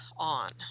on